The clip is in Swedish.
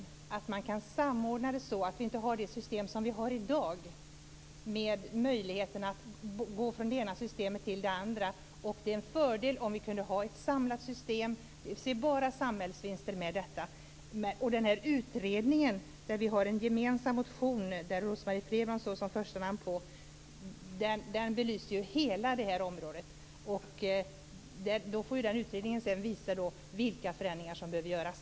Här borde man kunna samordna och inte ha det som i dag med möjlighet att gå från det ena systemet till det andra. Det vore en fördel om vi kunde ha ett samlat system. Vi ser bara samhällsvinster med detta. Den här utredningen, om vilken vi har en gemensam motion med Rose-Marie Frebran som första namn, belyser hela det här området. Den får sedan visa vilka förändringar som behöver göras.